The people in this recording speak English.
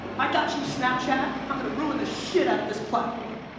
i got you snapchat. i'm gonna ruin the shit outta this platform.